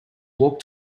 walk